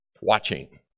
watching